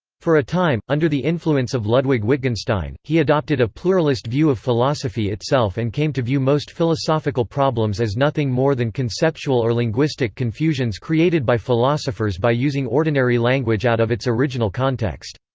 for a time, under the influence of ludwig wittgenstein, he adopted a pluralist view of philosophy itself and came to view most philosophical problems as nothing more than conceptual or linguistic confusions created by philosophers by using ordinary language out of its original context.